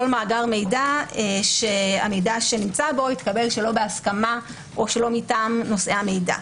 מאגר מידע שהמידע שנמצא בו התקבל שלא בהסכמה או שלא מטעם נושאי המידע.